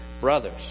brothers